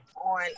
on